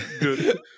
Good